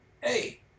hey